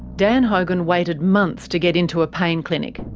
dan hogan waited months to get into a pain clinic.